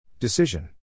Decision